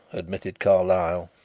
admitted carlyle.